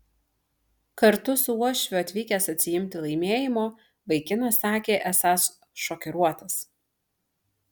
kartu su uošviu atvykęs atsiimti laimėjimo vaikinas sakė esąs šokiruotas